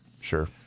Sure